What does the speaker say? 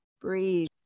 breathe